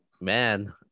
man